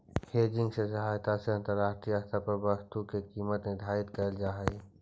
hedging के सहायता से अंतरराष्ट्रीय स्तर पर वस्तु के कीमत निर्धारित कैल जा हई